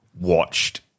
watched